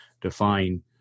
define